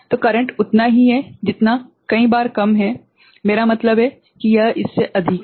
तो करंट उतना ही है जितना कई बार कम है मेरा मतलब है कि यह इससे अधिक है